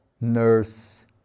nurse